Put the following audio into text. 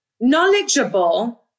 knowledgeable